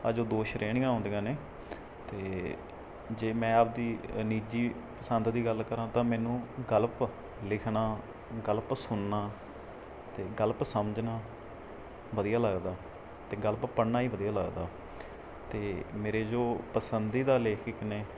ਆ ਜੋ ਦੋ ਸ਼੍ਰੇਣੀਆਂ ਆਉਂਦੀਆਂ ਨੇ ਅਤੇ ਜੇ ਮੈਂ ਆਪਦੀ ਨਿੱਜੀ ਪਸੰਦ ਦੀ ਗੱਲ ਕਰਾਂ ਤਾਂ ਮੈਨੂੰ ਗਲਪ ਲਿਖਣਾ ਗਲਪ ਸੁਣਨਾ ਅਤੇ ਗਲਪ ਸਮਝਣਾ ਵਧੀਆ ਲੱਗਦਾ ਅਤੇ ਗਲਪ ਪੜ੍ਹਨਾ ਵੀ ਵਧੀਆ ਲੱਗਦਾ ਅਤੇ ਮੇਰੇ ਜੋ ਪਸੰਦੀਦਾ ਲੇਖਕ ਨੇ